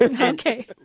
okay